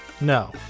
No